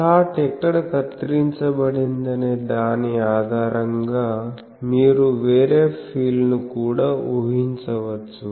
slot ఎక్కడ కత్తిరించబడిందనే దాని ఆధారంగా మీరు వేరే ఫీల్డ్ను కూడా ఊహించవచ్చు